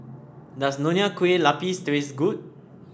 does Nonya Kueh Lapis taste good